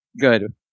good